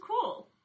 cool